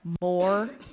More